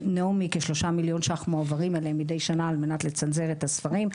כ-3 מיליון ₪ מועברים אליהם מדי שנה על מנת לצנזר את הספרים,